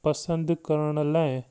पसंदि करण लाइ